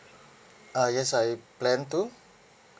uh yes I plan to